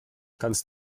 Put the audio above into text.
kannst